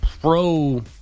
pro